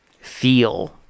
feel